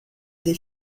des